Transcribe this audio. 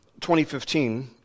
2015